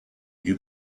you